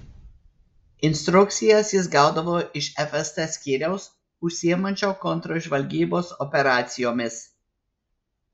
instrukcijas jis gaudavo iš fst skyriaus užsiimančio kontržvalgybos operacijomis